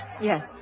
Yes